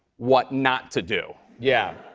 what not to do. yeah.